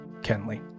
Kenley